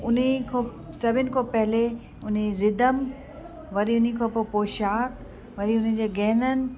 उन्हनि खां सभिनि खां पहिले उन रिदम वरी उनखां पोइ पोशाक वरी उन्हनि जे गहननि